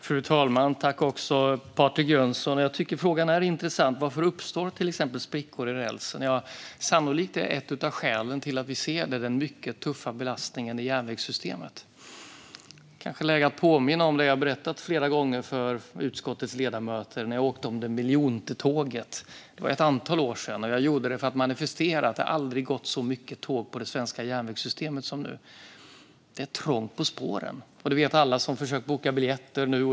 Fru talman! Jag tycker att frågan är intressant. Varför uppstår till exempel sprickor i rälsen? Sannolikt är ett av skälen till att vi ser det den mycket tuffa belastningen i järnvägssystemet. Det är kanske läge att påminna om det jag berättat flera gånger för utskottets ledamöter om när jag åkte med det miljonte tåget. Det var ett antal år sedan. Jag gjorde det för att manifestera att det aldrig gått så många tåg i det svenska järnvägssystemet som nu. Det är trångt på spåren. Det vet alla som har försökt att boka biljetter nu.